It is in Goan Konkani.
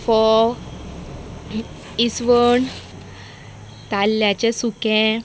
फोव इसवण ताल्ल्याचें सुकें